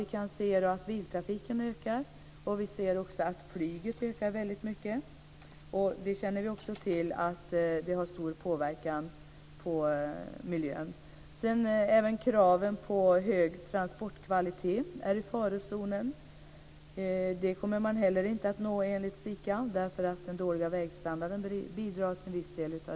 Vi kan se att biltrafiken ökar, och vi ser också att flygtrafiken ökar mycket. Vi känner också till att det har stor påverkan på miljön. Även kraven på hög transportkvalitet är i farozonen. Inte heller dem kommer man enligt SIKA att kunna motsvara. Till viss del bidrar den dåliga vägstandarden till detta.